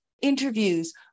interviews